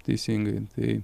teisingai tai